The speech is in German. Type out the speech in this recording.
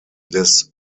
des